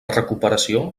recuperació